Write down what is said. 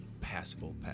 passable